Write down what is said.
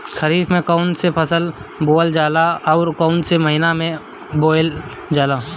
खरिफ में कौन कौं फसल बोवल जाला अउर काउने महीने में बोवेल जाला?